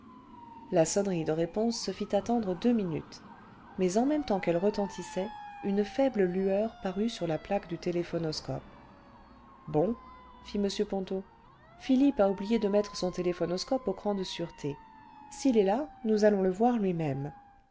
la sonnerie de réponse se fit attendre deux minutes mais en même temps qu'elle retentissait une faible lueur parut sur la jjlaque du téléphonoscope ce bon fit m ponto philippe a oublié cle mettre son téléphonoscope au cran de sûreté s'il est là nous allons le voir lui-même